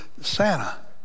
Santa